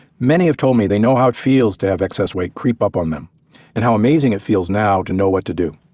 many have told me they know how it feels to have excess weight creep up on them and how amazing it feels now to know what to do.